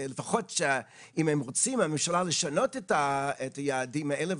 לפחות אם הממשלה רוצה לשנות את היעדים האלה,